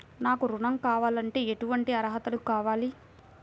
నాకు ఋణం కావాలంటే ఏటువంటి అర్హతలు కావాలి?